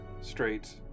straight